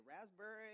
raspberry